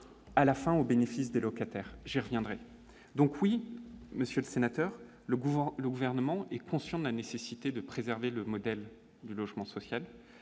à la fin, au bénéfice des locataires j'ai reviendrait donc oui Monsieur le sénateur, le pouvoir, le gouvernement est conscient de la nécessité de préserver le modèle du logement social,